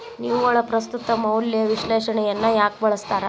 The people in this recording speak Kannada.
ನಿವ್ವಳ ಪ್ರಸ್ತುತ ಮೌಲ್ಯ ವಿಶ್ಲೇಷಣೆಯನ್ನ ಯಾಕ ಬಳಸ್ತಾರ